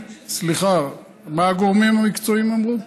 סליחה, מה הגורמים המקצועיים אמרו?